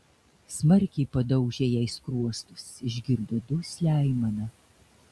smarkiai padaužė jai skruostus išgirdo duslią aimaną